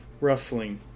rustling